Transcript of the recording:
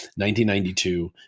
1992